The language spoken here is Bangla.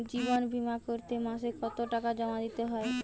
জীবন বিমা করতে মাসে কতো টাকা জমা দিতে হয়?